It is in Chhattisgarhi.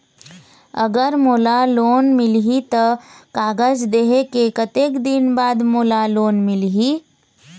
अगर मोला लोन मिलही त कागज देहे के कतेक दिन बाद मोला लोन मिलही?